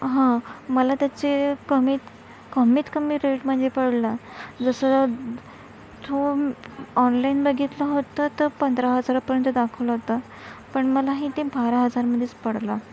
हं मला त्याचे कमीत कमीत कमी रेटमध्ये पडला जसं तो ऑनलाईन बघितला होता तर पंधरा हजारापर्यंत दाखवला होता पण मला इथे बारा हजारमध्येच पडला